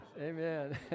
Amen